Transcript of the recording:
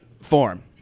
form